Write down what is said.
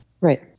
Right